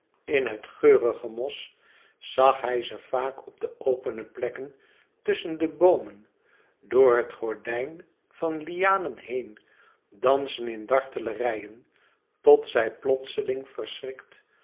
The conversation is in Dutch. in het geurige mos zag hij ze vaak op de opene plekken tusschen de boomen door het gordijn der lianen heen dansen in dartele reien tot zij plotseling verschrikt